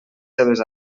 seves